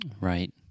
Right